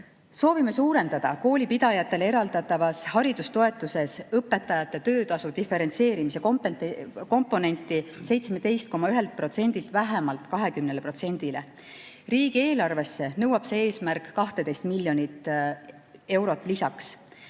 Soovime suurendada koolipidajatele eraldatavast haridustoetusest õpetajate töötasu diferentseerimise komponenti 17,1%‑lt vähemalt 20%‑le. Riigieelarvesse nõuab see eesmärk 12 miljonit eurot lisaks.